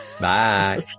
Bye